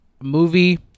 movie